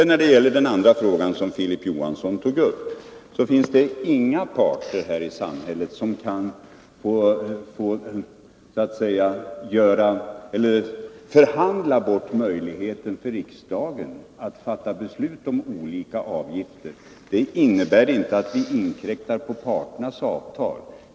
När det gäller den andra frågan som Filip Johansson tog upp, finns det inga parter här i samhället som kan förhandla bort möjligheten för riksdagen att fatta beslut om olika avgifter. Det innebär inte att vi inkräktar på parternas avtal.